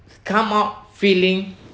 come out feeling